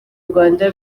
rwanda